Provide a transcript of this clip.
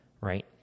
right